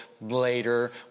later